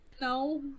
no